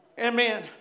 amen